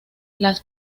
las